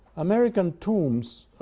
american tombs